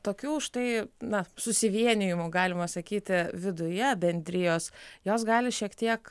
tokių štai na susivienijimų galima sakyti viduje bendrijos jos gali šiek tiek